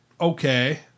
okay